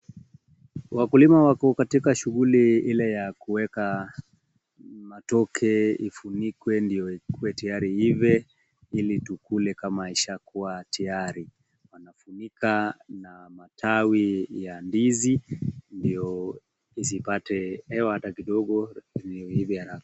Wakulima wako katika shughuli Ile ya kuweka matoke ifunikwe ndio ikue tayari iive ili tukule kama ishakuwa tayari. Wanafunika na matawi ya ndizi ndio isipate hewa hata kidogo ndio iive haraka.